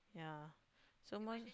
yeah so most